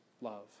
love